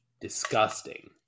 Disgusting